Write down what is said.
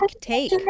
take